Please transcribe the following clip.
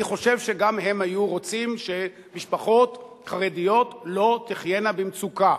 אני חושב שגם הם היו רוצים שמשפחות חרדיות לא תחיינה במצוקה.